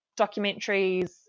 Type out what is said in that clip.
documentaries